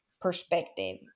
perspective